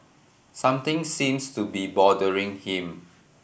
something seems to be bothering him